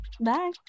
Bye